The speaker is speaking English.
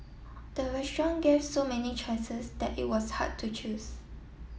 the restaurant gave so many choices that it was hard to choose